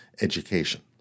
education